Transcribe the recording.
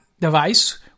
device